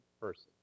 person